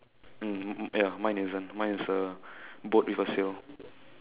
mm ya mine isn't mine is a boat with a sail